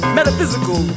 Metaphysical